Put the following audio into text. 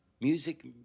music